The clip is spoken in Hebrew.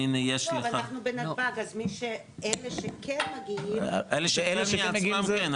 לא אבל אנחנו בנתב"ג אז אלו שכן מגיעים --- אלו שמגיעים מעצמם כן,